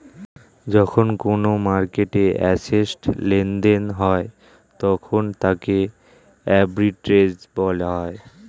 যখন কোনো মার্কেটে অ্যাসেট্ লেনদেন হয় তখন তাকে আর্বিট্রেজ বলা হয়